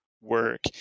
work